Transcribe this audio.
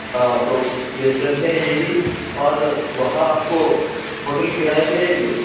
ہاں تو بیٹر ہے یہ بھی اور وہاں آپ کو ہوٹل کرائے پہ لیں گے